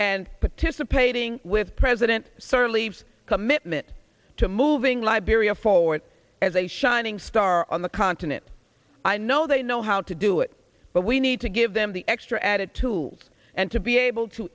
and participating with president sirleaf commitment to moving liberia forward as a shining star on the continent i know they know how to do it but we need to give them the extra added tools and to be able to